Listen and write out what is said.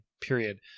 period